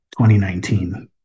2019